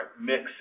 mix